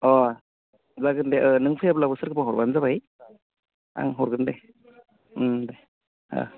अ जागोन दे ओ नों फैयाब्लाबो सोरखोबा हरब्लानो जाबाय आं हरगोन दे उम दे ओ